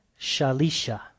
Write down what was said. Shalisha